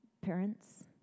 parents